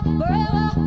forever